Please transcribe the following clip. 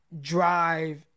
drive –